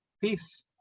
peace